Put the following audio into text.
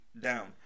down